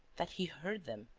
that he heard them.